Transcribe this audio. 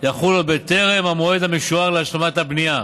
יחול עוד בטרם המועד המשוער להשלמת הבנייה.